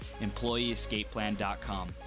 EmployeeEscapePlan.com